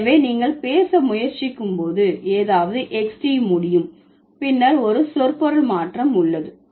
எனவே நீங்கள் பேச முயற்சிக்கும் போது ஏதாவது xd முடியும் பின்னர் ஒரு சொற்பொருள் மாற்றம் உள்ளது